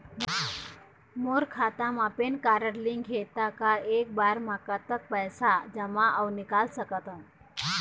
मोर खाता मा PAN card link हे ता एक बार मा कतक पैसा जमा अऊ निकाल सकथन?